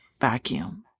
vacuum